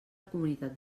comunitat